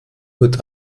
wird